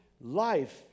life